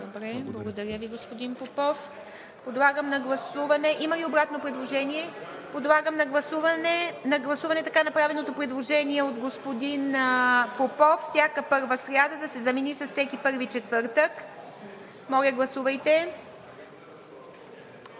Добре, благодаря Ви, господин Попов. Има ли обратно предложение? Подлагам на гласуване така направеното предложение от господин Попов „всяка първа сряда“ да се замени с „всеки първи четвъртък“. Гласували